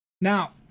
Now